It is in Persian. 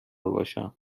باشم